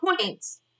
points